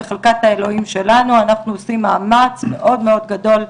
בחלקת האלוהים שלנו אנחנו עושים מאמץ מאוד מאוד גדול,